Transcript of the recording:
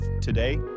today